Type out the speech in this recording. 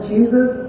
Jesus